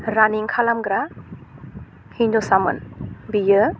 रानिं खालामग्रा हिन्जावसामोन बियो